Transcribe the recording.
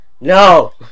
No